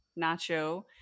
Nacho